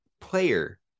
player